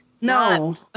No